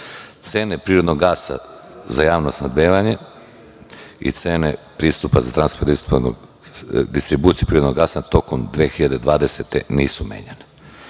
prirodnog gasa za javno snabdevanje i cene pristupa za distribuciju prirodnog gasa tokom 2020. godine nisu menjane.